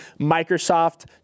Microsoft